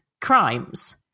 crimes